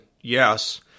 Yes